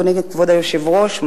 אדוני כבוד היושב-ראש,